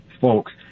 folks